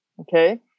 Okay